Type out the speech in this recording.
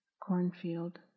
cornfield